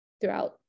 throughout